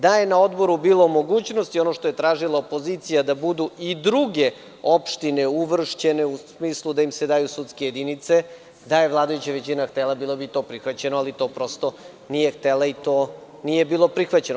Da je na Odboru bilo mogućnosti ono što je tražila opozicija da budu i druge opštine uvršćene, u smislu da im se daju sudske jedinice, da je vladajuća većina htela, bilo bi i to prihvaćeno, ali to prosto nije htela i to nije bilo prihvaćeno.